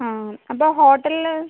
ആ അപ്പോൾ ഹോട്ടലിൽ